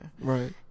Right